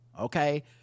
okay